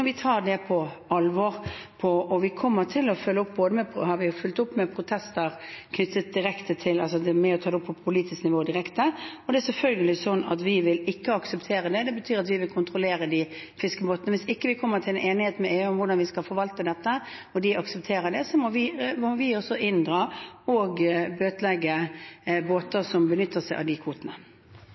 vi tar det på alvor. Vi kommer til å følge det opp. Vi har fulgt det opp med protester og tatt det opp på politisk nivå direkte. Det er selvfølgelig slik at vi ikke vil akseptere det. Det betyr at vi vil kontrollere de fiskebåtene. Hvis vi ikke kommer til en enighet med EU om hvordan vi skal forvalte dette, og de aksepterer det, må vi også inndra og bøtelegge båter som benytter seg av de kvotene.